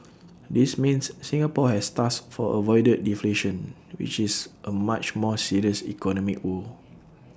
this means Singapore has thus far avoided deflation which is A much more serious economic woe